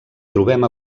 trobem